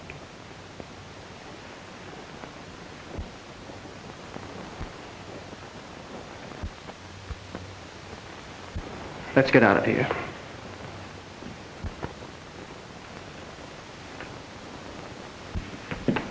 them